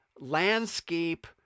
landscape